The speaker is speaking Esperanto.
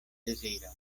deziron